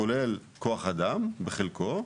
כולל כוח אדם בחלקו.